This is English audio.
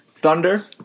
Thunder